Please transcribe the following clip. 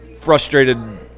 frustrated